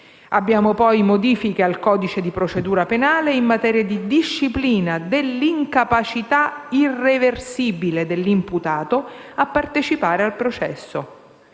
Abbiamo poi modifiche al codice di procedura penale in materia di disciplina dell'incapacità irreversibile dell'imputato a partecipare al processo,